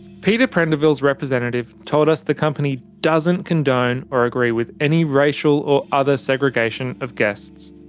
peter prendiville's representative told us the company doesn't condone or agree with any racial or other segregation of guests,